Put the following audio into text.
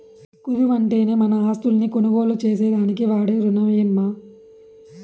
కుదవంటేనే మన ఆస్తుల్ని కొనుగోలు చేసేదానికి వాడే రునమమ్మో